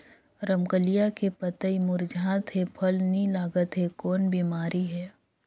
रमकलिया के पतई मुरझात हे फल नी लागत हे कौन बिमारी हे?